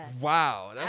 Wow